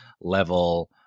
level